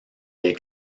les